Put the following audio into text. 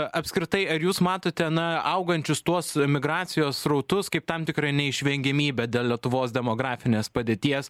apskritai ar jūs matote na augančius tuos migracijos srautus kaip tam tikrą neišvengiamybę dėl lietuvos demografinės padėties